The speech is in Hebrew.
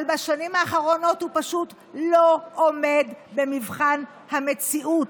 אבל בשנים האחרונות הוא פשוט לא עומד במבחן המציאות.